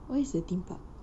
where is the theme park